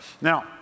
Now